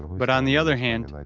but on the other hand, like